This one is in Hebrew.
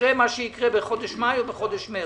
יקרה מה שיקרה במאי או במרס.